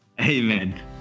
Amen